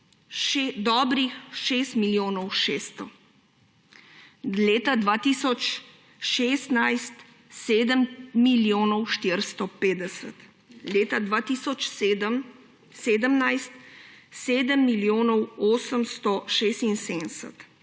dobrih 6 milijonov 600, leta 2016 7 milijonov 450, leta 2017 7 milijonov 876,